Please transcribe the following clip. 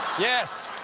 yes,